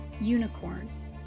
Unicorns